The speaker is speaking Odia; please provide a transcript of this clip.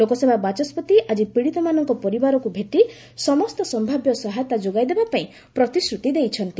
ଲୋକସଭା ବାଚସ୍ୱତି ଆଜି ପୀଡ଼ିତମାନଙ୍କ ପରିବାରକୁ ଭେଟି ସମସ୍ତ ସମ୍ଭାବ୍ୟ ସହାୟତା ଯୋଗାଇ ଦେବା ପାଇଁ ପ୍ରତିଶ୍ରତି ଦେଇଛନ୍ତି